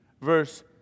verse